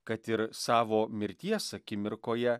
kad ir savo mirties akimirkoje